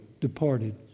departed